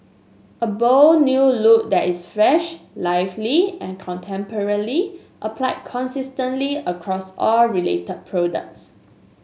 a bold new look that is fresh lively and contemporary applied consistently across all related products